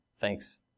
Thanks